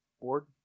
board